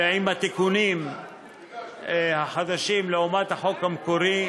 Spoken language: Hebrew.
ועם התיקונים החדשים לעומת החוק המקורי,